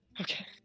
Okay